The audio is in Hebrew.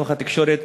לתוך התקשורת